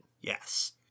Yes